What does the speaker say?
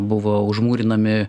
buvo užmūrinami